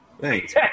Thanks